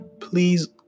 please